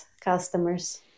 customers